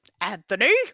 Anthony